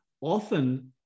often